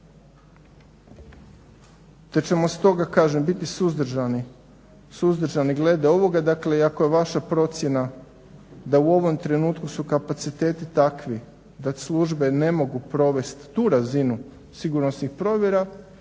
Te ćemo stoga, kažem biti suzdržani glede ovoga. Dakle, ako je vaša procjena da u ovom trenutku su kapaciteti takvi, kad službe ne mogu provesti tu razinu sigurnosnih provjera,